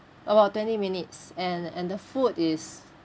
about twenty minutes and and the food is